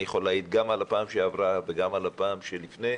אני יכול להעיד גם על הפעם שעברה וגם על הפעם שלפני.